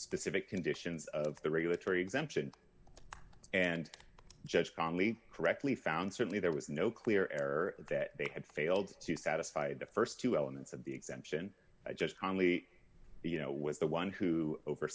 specific conditions of the regulatory exemption and judge conley correctly found certainly there was no clear error that they had failed to satisfy the st two elements of the exemption i just calmly you know was the one who